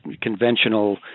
conventional